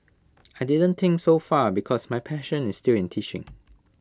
I didn't think so far because my passion is still in teaching